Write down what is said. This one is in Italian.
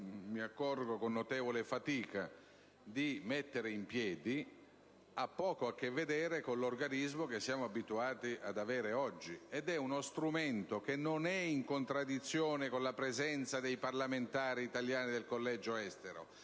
mi accorgo con notevole fatica, di mettere in piedi, ha poco a che vedere con l'organismo che siamo abituati ad avere oggi, ed è uno strumento che non è in contraddizione con la presenza dei parlamentari italiani del collegio Estero,